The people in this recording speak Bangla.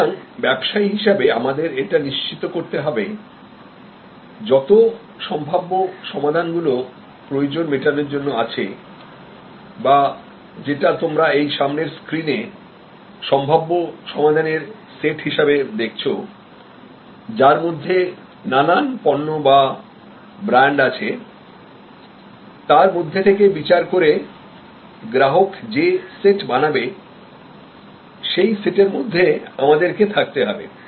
সুতরাং ব্যবসায়ী হিসাবে আমাদের এটা নিশ্চিত করতে হবে যত সম্ভাব্য সমাধান গুলো প্রয়োজন মেটানোর জন্য আছে বা যেটা তোমরা এই সামনের স্ক্রিনে সম্ভাব্য সমাধানের সেট হিসাবে দেখছো যার মধ্যে নানান পণ্য বা ব্র্যান্ড আছেতার মধ্যে থেকে বিচার করে গ্রাহক যে সেট বানাবে সেই সেটের মধ্যে আমাদের কে থাকতে হবে